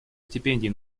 стипендий